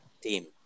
team